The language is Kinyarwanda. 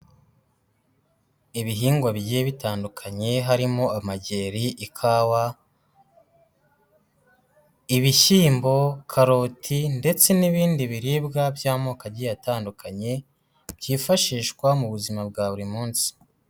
Ibihingwa bigiye bitandukanye harimo amageri, ikawa, ibishyimbo, karoti ndetse n'ibindi biribwa by'amoko atandukanye, byifashishwa mu buzima bwa buri munsi.